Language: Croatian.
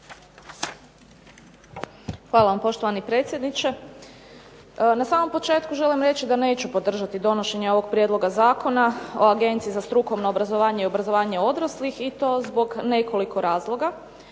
Hvala vam poštovani predsjedniče. Na samom početku želim reći da neću podržati donošenje ovog Prijedloga zakona o Agenciji za strukovno obrazovanje i obrazovanje odraslih i to zbog nekoliko razloga.